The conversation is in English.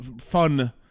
fun